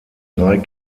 drei